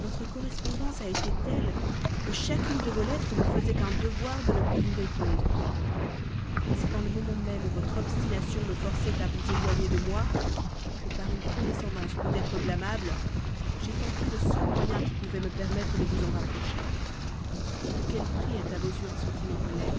correspondance a été telle que chacune de vos lettres me faisait un devoir de ne plus vous répondre c'est dans le moment même où votre obstination me forçait à vous éloigner entièrement de moi que par une condescendance peut-être blâmable j'ai tenté le seul moyen qui pouvait me permettre de vous en rapprocher mais de quel prix est à vos yeux un sentiment honnête